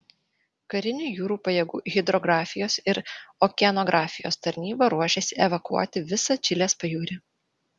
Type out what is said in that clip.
karinių jūrų pajėgų hidrografijos ir okeanografijos tarnyba ruošiasi evakuoti visą čilės pajūrį